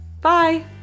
Bye